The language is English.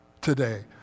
today